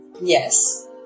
yes